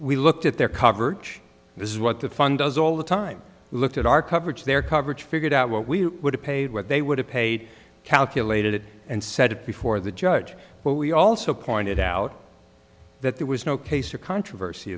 we looked at their coverage this is what the fun does all the time look at our coverage their coverage figured out what we would have paid what they would have paid calculated and said it before the judge but we also pointed out that there was no case or controversy